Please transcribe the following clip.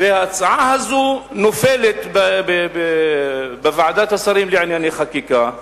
ההצעה הזאת נופלת בוועדת השרים לענייני חקיקה,